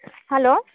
hello